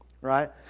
right